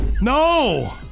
No